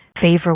favor